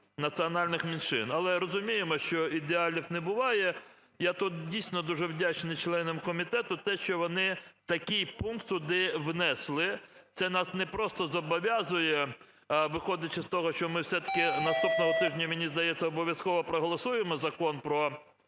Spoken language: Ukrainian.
національних меншин. Але розуміємо, що ідеалів не буває. Я тут, дійсно, дуже вдячний членам комітету те, що вони такий пункт сюди внесли. Це нас не просто зобов'язує, виходячи з того, що ми все-таки наступного тижня, мені здається, обов'язково проголосуємо Закон про